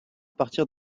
partir